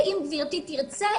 ואם גברתי תרצה,